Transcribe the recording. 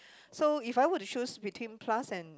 so if I were to choose between plus and